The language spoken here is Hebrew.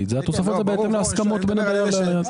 התוספות זה בהתאם להסכמות בין הדייר ליזם.